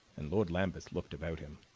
and lord lambeth looked about him.